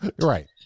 right